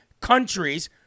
countries